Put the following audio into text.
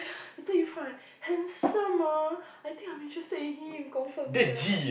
later you find handsome ah I think I'm interested in him confirm sia